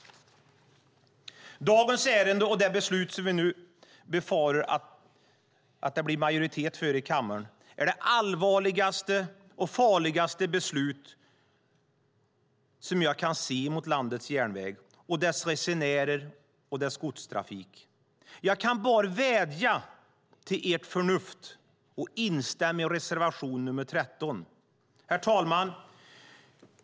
Dagens ärende - och det beslut som vi nu befarar att det blir majoritet för i kammaren - är det allvarligaste och farligaste beslut som jag kan se mot landets järnväg och dess resenärer och dess godtrafik. Jag kan bara vädja till ert förnuft att instämma i reservation 13. Herr talman!